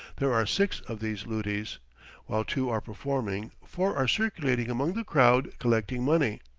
there are six of these lutis while two are performing, four are circulating among the crowd collecting money.